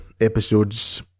episodes